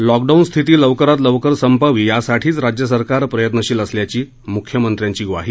lockdown स्थिती लवकरात लवकर संपावी यासाठीच राज्य सरकार प्रयत्नशील असल्याची म्ख्यमंत्र्यांची ग्वाही